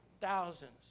thousands